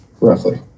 Roughly